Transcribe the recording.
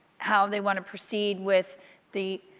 how they want to proceed with the